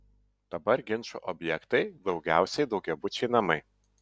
dabar ginčų objektai daugiausiai daugiabučiai namai